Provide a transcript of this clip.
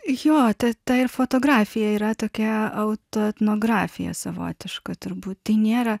jo ta ta ir fotografija yra tokia auto etnografija savotiška turbūt nėra